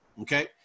Okay